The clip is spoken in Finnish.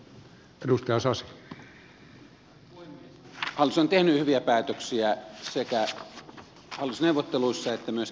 hallitus on tehnyt hyviä päätöksiä sekä hallitusneuvotteluissa että myöskin kehysriihessä